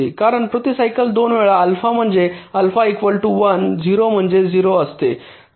कारण प्रति सायकल 2 वेळा अल्फा म्हणजे अल्फा इकवॅल टू 1 0 म्हणजेच 0 असतो